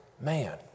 man